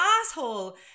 asshole